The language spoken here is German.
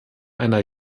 einer